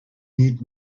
need